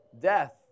death